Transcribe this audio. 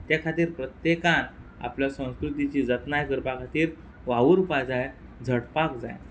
त्या खातीर प्रत्येकान आपलो संस्कृतीची जतनाय करपा खातीर वावुरपा जाय झटपाक जाय